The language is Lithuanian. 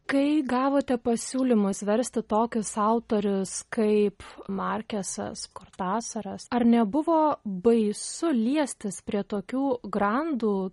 kai gavote pasiūlymus versti tokius autorius kaip markesas kortasaras ar nebuvo baisu liestis prie tokių grandų